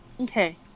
Okay